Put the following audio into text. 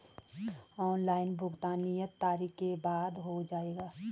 Online भुगतान नियत तारीख के बाद हो जाएगा?